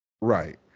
right